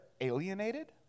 alienated